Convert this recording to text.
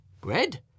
Bread